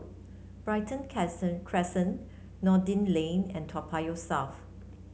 Brighton Crescent Noordin Lane and Toa Payoh South